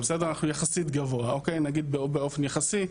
אנחנו יחסים גבוה, נגיד באופן יחסי.